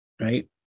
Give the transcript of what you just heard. Right